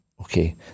okay